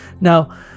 Now